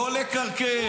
לא לקרקר.